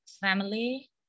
family